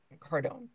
Cardone